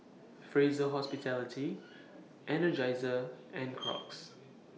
Fraser Hospitality Energizer and Crocs